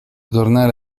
tornare